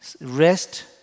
rest